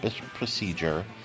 procedure